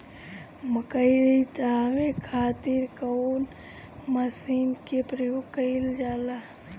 मकई दावे खातीर कउन मसीन के प्रयोग कईल जाला?